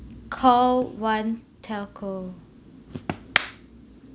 call one telco